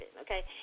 okay